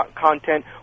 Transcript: content